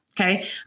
Okay